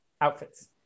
outfits